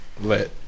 let